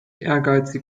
ehrgeizig